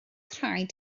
rhaid